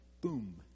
boom